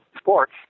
sports